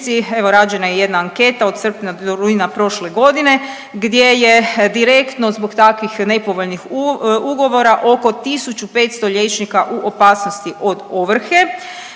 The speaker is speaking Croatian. evo rađena je jedna anketa od srpnja do rujna prošle godine gdje je direktno zbog takvih nepovoljnih ugovora oko 1500 liječnika u opasnosti od ovrhe.